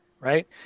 right